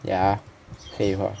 ya 废话